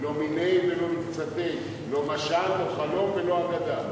לא מיניה ולא מקצתיה, לא משל, לא חלום ולא אגדה.